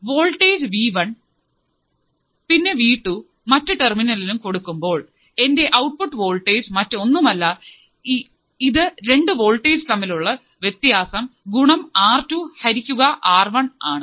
voltage V one v1 പിന്നെ V two മറ്റ് ടെർമിനലും കൊടുക്കുമ്പോൾ എൻറെ ഔട്ട്പുട്ട് വോൾട്ടേജ് മറ്റൊന്നുമല്ല അത് രണ്ടു വോൾട്ടേജ് തമ്മിലുള്ള വ്യത്യാസം ഗുണം ആർ ടു ഹരിക്കുക ആർ വൺ ആണ്